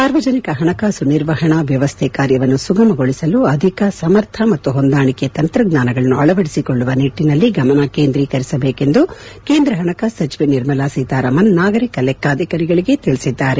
ಸಾರ್ವಜನಿಕ ಹಣಕಾಸು ನಿರ್ವಹಣಾ ವ್ಯವಸ್ಥೆ ಪಿಎಫ್ ಎಂಎಸ್ ಕಾರ್ಯವನ್ನು ಸುಗಮಗೊಳಿಸಲು ಅಧಿಕ ಸಮರ್ಥ ಮತ್ತು ಹೊಂದಾಣಿಕೆ ತಂತ್ರಜ್ಞಾನಗಳನ್ನು ಅಳವಡಿಸಿ ಕೊಳ್ಳುವ ನಿಟ್ಟಿನಲ್ಲಿ ಗಮನ ಕೇಂದ್ರೀಕರಿಸಬೇಕೆಂದು ಕೇಂದ್ರ ಹಣಕಾಸು ಸಚಿವೆ ನಿರ್ಮಲಾ ಸೀತಾರಾಮನ್ ನಾಗರಿಕ ಲೆಕ್ಕಾಧಿಕಾರಿಗಳಿಗೆ ತಿಳಿಸಿದ್ದಾರೆ